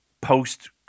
post